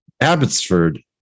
Abbotsford